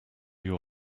your